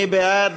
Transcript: מי בעד?